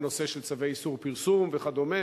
בנושא של צווי איסור פרסום וכדומה,